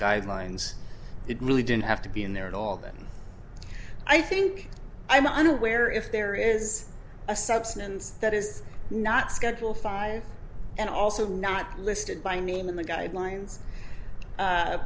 guidelines it really didn't have to be in there at all then i think i'm unaware if there is a substance that is not schedule five and also not listed by name in the guidelines